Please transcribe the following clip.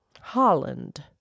Holland